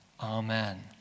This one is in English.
amen